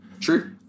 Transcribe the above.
True